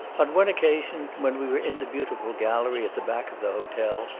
on one occasion, when we were in the beautiful gallery, at the back of the hotel,